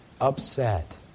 upset